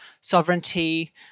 sovereignty